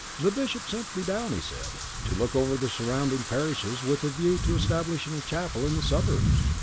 the bishop sent me down, he said, to look over the surrounding parishes with a view to establishing a chapel in the suburbs.